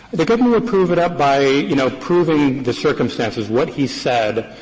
the government would prove it by, you know, proving the circumstances, what he said,